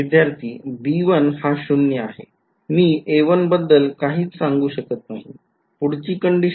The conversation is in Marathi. विध्यार्थी B1 हा शून्य आहे मी बद्दल काहीच सांगू नाही शकत